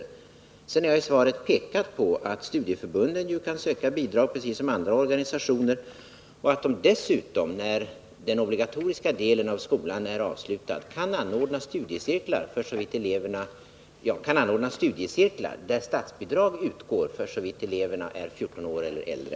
I svaret har jag också pekat på att studieförbunden ju kan söka bidrag precis som andra organisationer och att de dessutom, när den obligatoriska delen av skolarbetet är avslutad, kan anordna studiecirklar för vilka statsbidrag utgår, om eleverna är 14 år eller äldre.